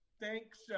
Thanks